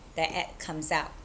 that ad comes out